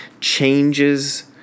changes